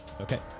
Okay